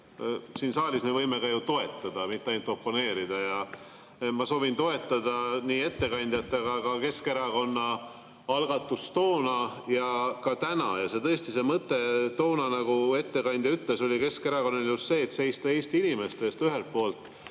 Siin saalis me võime ju ka toetada, ei pea ainult oponeerima. Ma soovin toetada ettekandjat, aga ka Keskerakonna algatust toona ja täna. Tõesti, see mõte toona, nagu ettekandja ütles, oli Keskerakonnal just see, et seista Eesti inimeste eest ühelt poolt,